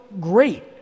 great